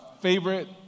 Favorite